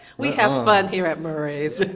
we have fun here at murray's